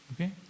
okay